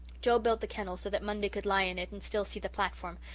joe built the kennel so that monday could lie in it and still see the platform,